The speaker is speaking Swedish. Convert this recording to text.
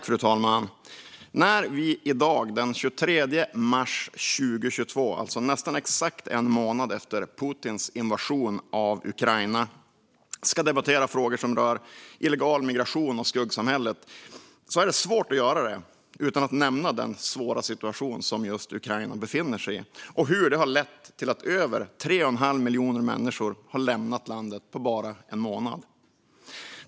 Fru talman! När vi i dag den 23 mars 2022, nästan exakt en månad efter Putins invasion av Ukraina, ska debattera frågor som rör illegal migration och skuggsamhället är det svårt att göra det utan att nämna den svåra situation som Ukraina befinner sig i och att det har lett till att över 3 1⁄2 miljon människor har lämnat landet på bara en månad.